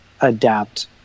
adapt